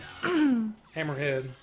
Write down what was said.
Hammerhead